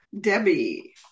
Debbie